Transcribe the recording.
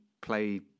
play